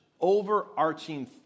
overarching